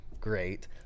great